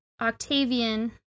Octavian